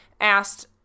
asked